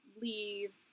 leave